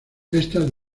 estas